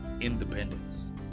independence